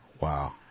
Wow